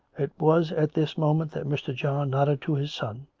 it was at this moment that mr. john nodded to his son,